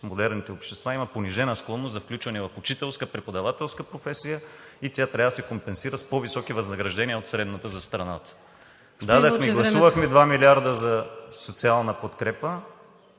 модерните общества има понижена склонност за включване в учителска, преподавателска професия и тя трябва да се компенсира с по-високи възнаграждения от средната за страната. Дадохме и гласувахме два милиарда за социална подкрепа.